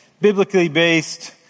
biblically-based